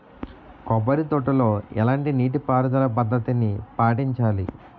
కొబ్బరి తోటలో ఎలాంటి నీటి పారుదల పద్ధతిని పాటించాలి?